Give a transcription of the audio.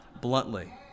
bluntly